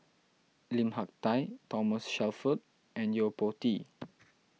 Lim Hak Tai Thomas Shelford and Yo Po Tee